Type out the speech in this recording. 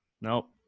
nope